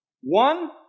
One